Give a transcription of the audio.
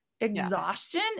exhaustion